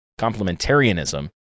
complementarianism